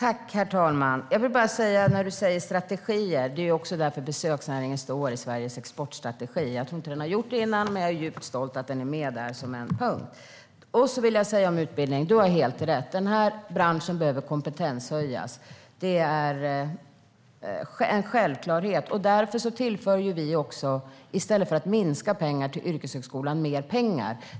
Herr talman! Penilla Gunther säger att det behövs strategier för detta. Det är också därför besöksnäringen står med i Sveriges exportstrategi. Jag tror inte att den har gjort det innan, men jag är djupt stolt över att den är med där som en punkt. När det gäller utbildning har du helt rätt. Den här branschen behöver kompetenshöjas. Det är en självklarhet. Därför tillför vi, i stället för att minska, mer pengar till yrkeshögskolan.